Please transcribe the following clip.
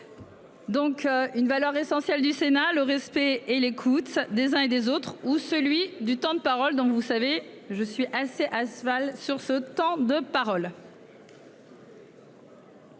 Donc une valeur essentielle du Sénat le respect et l'écoute des uns et des autres ou celui du temps de parole. Donc vous savez je suis assez à cheval sur ce temps de parole.--